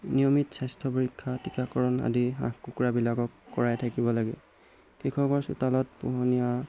নিয়মিত স্বাস্থ্য পৰীক্ষা টীকাকৰণ আদি হাঁহ কুকুৰাবিলাকক কৰাই থাকিব লাগে কৃষকৰ চোতালত পোহনীয়া